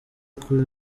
kuri